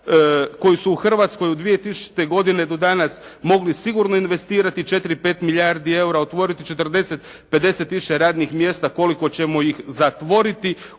koji su u Hrvatskoj od 2000. do danas mogli sigurno investirati 4, 5 milijardi EUR-a, otvoriti 40, 50 tisuća radnih mjesta koliko ćemo ih zatvoriti